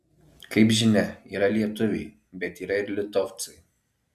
kaip žinia yra lietuviai bet yra ir litovcai